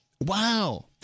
Wow